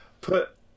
put